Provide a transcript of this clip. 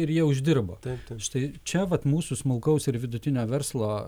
ir jie uždirbo štai čia vat mūsų smulkaus ir vidutinio verslo